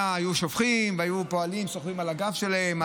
שהיו שופכים ופועלים היו סוחבים על הגב שלהם.